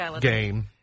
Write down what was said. game